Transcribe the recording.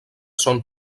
són